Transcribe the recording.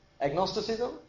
agnosticism